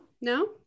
No